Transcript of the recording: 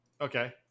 Okay